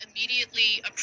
immediately